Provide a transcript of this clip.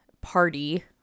party